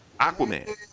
aquaman